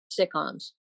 sitcoms